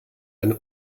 eine